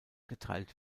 geteilt